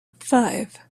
five